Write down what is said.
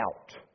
out